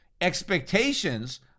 expectations